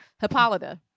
hippolyta